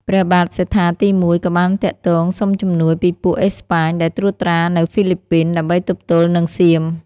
ព្រះបាទសត្ថាទី១ ក៏បានទាក់ទងសុំជំនួយពីពួកអេស្ប៉ាញដែលត្រួតត្រានៅហ្វីលីពីន ដើម្បីទប់ទល់នឹងសៀម។